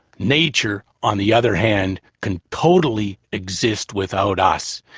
nature, on the other hand, can totally exist without us.